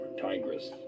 tigris